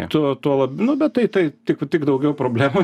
tuo tuo lab nu bet tai tik tik daugiau problemų